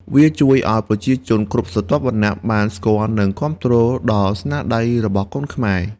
វាជួយឲ្យប្រជាជនគ្រប់ស្រទាប់វណ្ណៈបានស្គាល់និងគាំទ្រដល់ស្នាដៃរបស់កូនខ្មែរ។